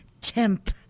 temp